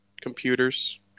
computers